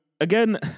again